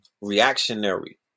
reactionary